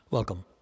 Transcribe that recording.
Welcome